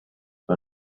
but